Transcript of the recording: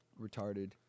retarded